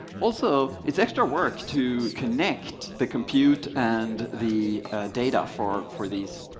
also, it's extra work to connect the compute and the data for for these.